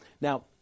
Now